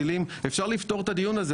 אפשר לפתור את הדיון הזה,